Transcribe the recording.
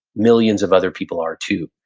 millions of other people are, too.